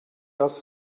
dass